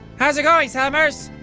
how's it going, selmers?